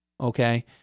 okay